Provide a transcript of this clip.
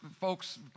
folks